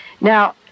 Now